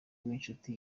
w’inshuti